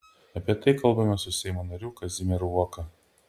apie tai kalbamės su seimo nariu kazimieru uoka